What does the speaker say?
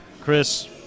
Chris